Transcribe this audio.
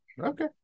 okay